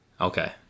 Okay